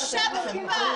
בושה וחרפה.